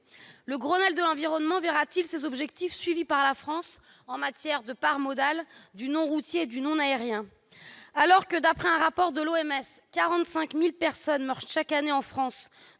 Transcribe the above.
Le Grenelle de l'environnement verra-t-il ses objectifs suivis par la France en matière de part modale du non-routier et du non-aérien ? Alors que, d'après un rapport de l'OMS, l'Organisation mondiale de la santé,